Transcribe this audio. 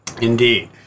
Indeed